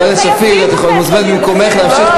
הציבור משלם לכם משכורת,